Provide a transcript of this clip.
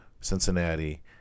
Cincinnati